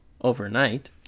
overnight